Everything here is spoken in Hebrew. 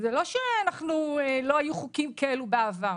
זה לא שלא היו חוקים כאלה בעבר.